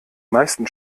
meisten